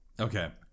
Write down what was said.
Okay